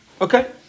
Okay